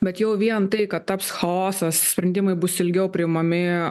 bet jau vien tai kad taps chaosas sprendimai bus ilgiau priimami